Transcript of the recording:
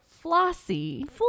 flossy